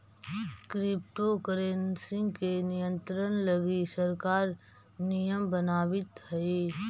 crypto currency के नियंत्रण लगी सरकार नियम बनावित हइ